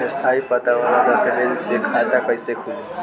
स्थायी पता वाला दस्तावेज़ से खाता कैसे खुली?